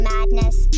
Madness